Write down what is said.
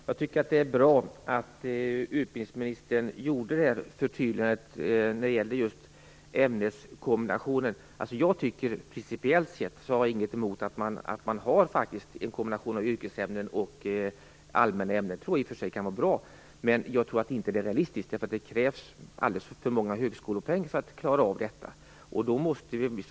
Fru talman! Det var bra att utbildningsministern gjorde det här förtydligandet när det gäller just ämneskombinationen. Principiellt sett har jag ingenting emot att man har en kombination av yrkesämnen och allmänna ämnen. Det tror jag i och för sig kan vara bra. Jag tror emellertid inte att det är realistiskt, eftersom det krävs alldeles för många högskolepoäng för att man skall klara av detta.